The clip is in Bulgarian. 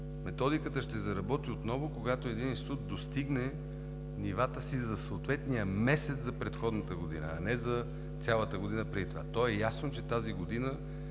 Методиката ще заработи отново, когато един институт достигне нивата си за съответния месец за предходната година, а не за цялата година преди това. То е ясно, че тази година